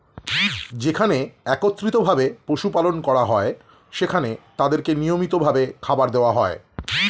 যেখানে একত্রিত ভাবে পশু পালন করা হয়, সেখানে তাদেরকে নিয়মিত ভাবে খাবার দেওয়া হয়